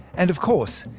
and of course,